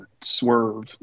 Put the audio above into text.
Swerve